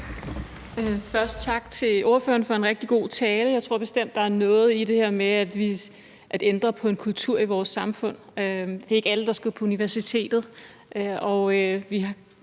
sige tak til ordføreren for en rigtig god tale. Jeg tror bestemt, der er noget i det her med at ændre på en kultur i vores samfund. Det er ikke alle, der skal på universitetet.